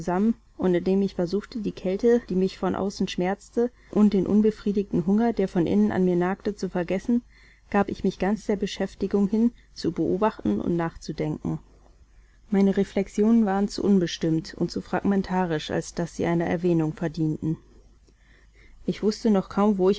und indem ich versuchte die kälte die mich von außen schmerzte und den unbefriedigten hunger der von innen an mir nagte zu vergessen gab ich mich ganz der beschäftigung hin zu beobachten und nachzudenken meine reflexionen waren zu unbestimmt und zu fragmentarisch als daß sie einer erwähnung verdienten ich wußte noch kaum